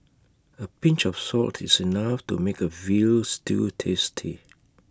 A pinch of salt is enough to make A Veal Stew tasty